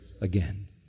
again